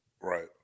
Right